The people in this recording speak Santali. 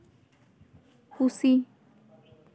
ᱯᱩᱥᱤ